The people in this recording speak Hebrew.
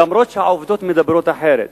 אף שהעובדות מדברות אחרת.